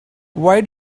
why